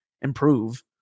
improve